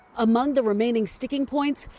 among the remaining sticking points,